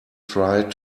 try